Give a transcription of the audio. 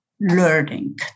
learning